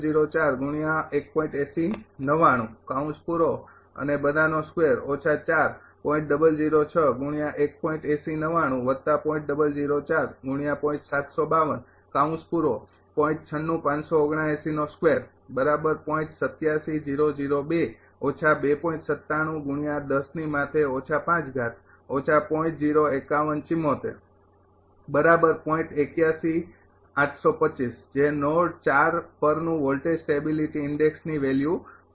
જે નોડ પરનું voltage stability ઈન્ડેક્ષની વેલ્યુ છે